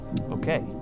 Okay